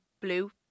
Blue